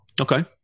Okay